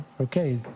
Okay